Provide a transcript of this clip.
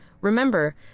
Remember